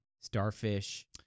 starfish